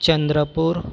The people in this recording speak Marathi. चंद्रपूर